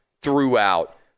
throughout